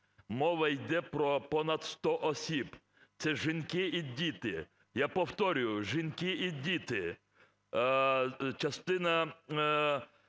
Мова йде про понад 100 осіб, це жінки і діти. Я повторюю, жінки і діти. Ці